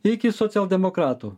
iki socialdemokratų